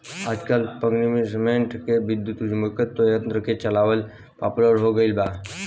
आजकल पम्पींगसेट के विद्युत्चुम्बकत्व यंत्र से चलावल पॉपुलर हो गईल बा